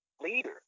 leader